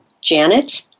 Janet